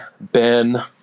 Ben